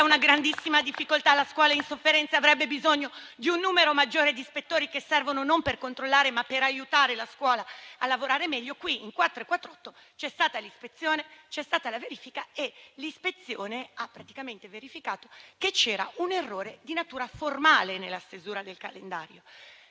una grandissima difficoltà. La scuola è in sofferenza ed avrebbe bisogno di un numero maggiore di ispettori, che servono non per controllare, ma per aiutare la scuola a lavorare meglio. In questo caso, invece, da un momento all'altro vi è stata la verifica. L'ispezione ha verificato che c'era un errore di natura formale nella stesura del calendario.